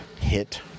hit